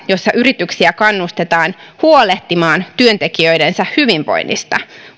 jossa yrityksiä kannustetaan huolehtimaan työntekijöidensä hyvinvoinnista